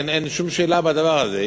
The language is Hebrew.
אין שום שאלה בדבר הזה.